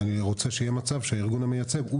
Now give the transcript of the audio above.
ואני רוצה שיהיה מצב שהארגון המייצג הוא